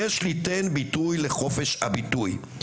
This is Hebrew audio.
יש ליתן ביטוי לחופש הביטוי,